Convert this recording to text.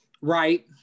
Right